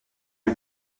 ont